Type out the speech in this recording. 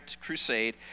crusade